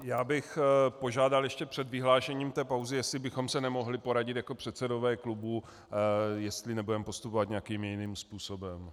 Já bych požádal ještě před vyhlášením té pauzy, jestli bychom se nemohli poradit jako předsedové klubů, jestli nebudeme postupovat nějakým jiným způsobem.